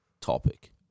topic